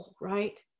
right